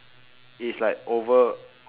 it's like over